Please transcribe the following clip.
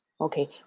okay